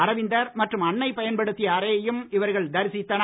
அரவிந்தர் மற்றும் அன்னை பயன்படுத்திய அறையையும் இவர்கள் தரிசித்தனர்